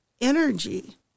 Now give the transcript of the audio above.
energy